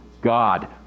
God